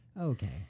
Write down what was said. Okay